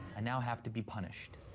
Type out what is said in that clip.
and now have to be punished.